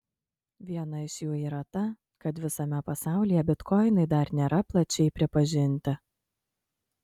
viena iš jų yra ta kad visame pasaulyje bitkoinai dar nėra plačiai pripažinti